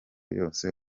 yose